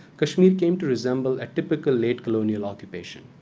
kashmir came to resemble a typical late colonial occupation?